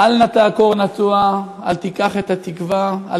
"אל נא תעקור נטוע, אל תשכח את התקווה.